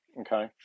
okay